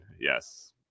Yes